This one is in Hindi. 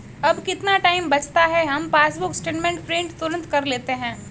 अब कितना टाइम बचता है, हम पासबुक स्टेटमेंट प्रिंट तुरंत कर लेते हैं